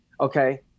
okay